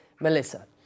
Melissa